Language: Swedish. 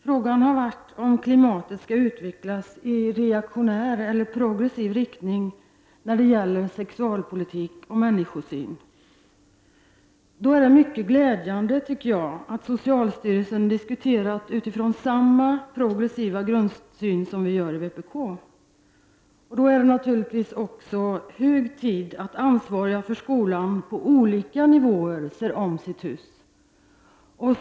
Frågan har varit om klimatet skall utvecklas i reaktionär eller progressiv riktning när det gäller sexualpolitik och människosyn. Det är mycket glädjande att socialstyrelsen diskuterat utifrån samma progressiva grundsyn som vi gör i vpk. Det är också hög tid att ansvariga för skolan på olika nivåer ser om sitt hus.